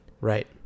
Right